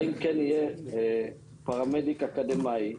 האם כן יהיה פרמדיק אקדמאי או לא.